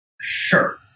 Sure